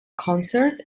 concert